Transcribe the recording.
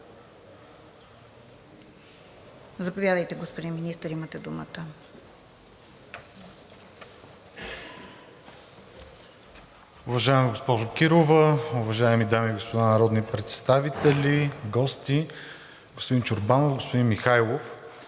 Заповядайте, господин Министър, имате думата.